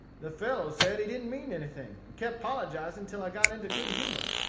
the fellow said he didn't mean anything, and kept pologizing till i got into good humor.